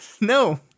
No